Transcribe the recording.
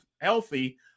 healthy